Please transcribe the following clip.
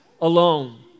alone